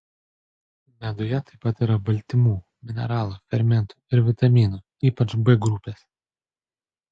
meduje taip pat yra baltymų mineralų fermentų ir vitaminų ypač b grupės